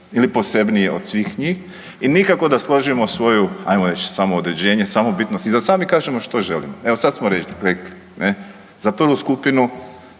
ili posebniji od svih njih i nikako da složimo svoju, ajmo reći, svoje samoodređenje, samobitnost i da sami kažemo što želimo, evo, sad smo rekli, za prvu skupinu